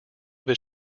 this